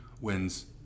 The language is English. wins